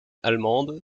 allemande